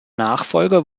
nachfolger